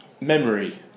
memory